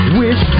wish